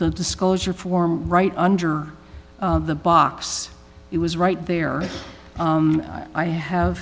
the disclosure form right under the box it was right there i have